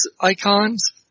icons